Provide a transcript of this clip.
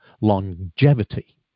longevity